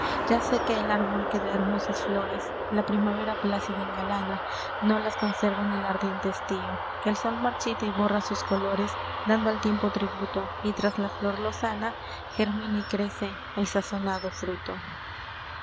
ya sé que el árbol que de hermosas flores la primavera plácida engalana no las conserva en el ardiente estío que el sol marchita y borra sus colores dando al tiempo tributo y tras la flor lozana germina y crece el sazonado fruto